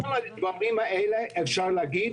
בגלל כל הדברים האלה, אפשר להגיד